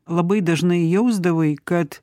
labai dažnai jausdavai kad